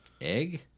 Egg